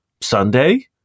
Sunday